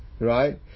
Right